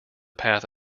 path